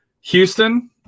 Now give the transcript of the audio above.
Houston